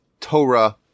Torah